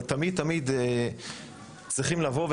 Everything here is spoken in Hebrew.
אבל תמיד צריכים לבוא,